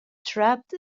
trapped